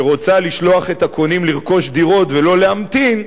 שרוצה לשלוח את הקונים לרכוש דירות ולא להמתין,